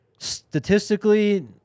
Statistically